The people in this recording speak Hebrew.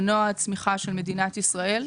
מנוע הצמיחה של מדינת ישראל,